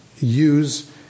use